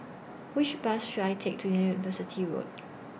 Which Bus should I Take to University Road